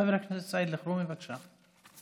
חבר הכנסת סעיד אלחרומי, בבקשה.